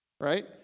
right